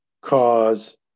cause